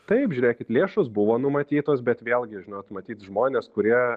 taip žiūrėkit lėšos buvo numatytos bet vėlgi žinot matyt žmonės kurie